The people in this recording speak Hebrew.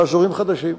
באזורים חדשים.